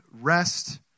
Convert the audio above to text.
rest